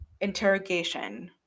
interrogation